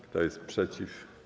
Kto jest przeciw?